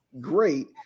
great